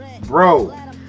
bro